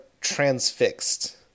transfixed